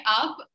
up